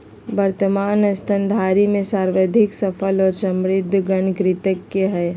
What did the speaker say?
वर्तमान स्तनधारी में सर्वाधिक सफल और समृद्ध गण कृंतक के हइ